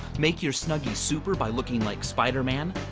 make your snuggy super by looking like spiderman,